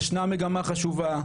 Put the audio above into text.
ישנה מגמה חשובה,